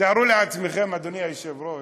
תארו לעצמכם, אדוני היושב-ראש,